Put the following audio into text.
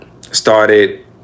started